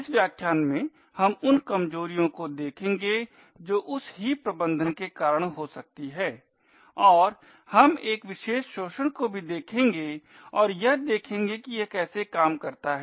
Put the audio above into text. इस व्याख्यान में हम उन कमजोरियों को देखेंगे जो इस हीप प्रबंधन के कारण हो सकती हैं और हम एक विशेष शोषण को भी देखेंगे और यह देखेंगे कि यह कैसे काम करता है